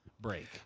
break